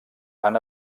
han